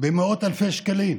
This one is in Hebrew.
במאות אלפי שקלים.